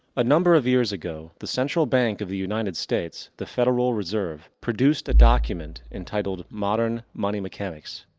a number of years ago, the central bank of the united states, the federal reserve, produced a document entitled modern money mechanics.